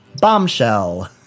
Bombshell